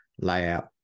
layout